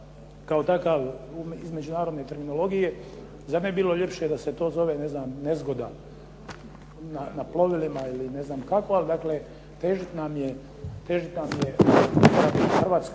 kao takav iz međunarodne terminologije. Zar ne bi bilo ljepše da se to zove, ne znam, nezgoda na plovilima ili ne znam kako? Dakle, težit nam je hrvatskim